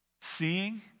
seeing